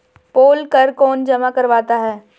पोल कर कौन जमा करवाता है?